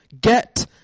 Get